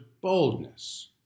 boldness